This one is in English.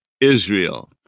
Israel